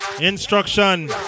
Instruction